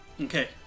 Okay